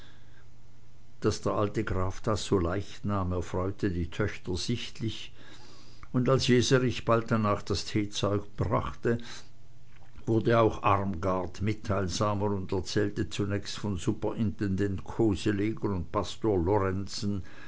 daß der alte graf das so leichtnahm erfreute die töchter sichtlich und als jeserich bald danach das teezeug brachte wurd auch armgard mitteilsamer und erzählte zunächst von superintendent koseleger und pastor lorenzen